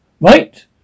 Right